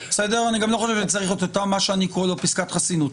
אני גם לא חושב שצריך את אותה פסקת חסינות.